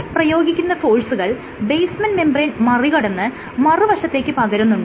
നിങ്ങൾ പ്രയോഗിക്കുന്ന ഫോഴ്സുകൾ ബേസ്മെൻറ് മെംബ്രേയ്ൻ മറികടന്ന് മറുവശത്തേക്ക് പകരുന്നുണ്ട്